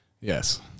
Yes